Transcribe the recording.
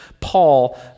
Paul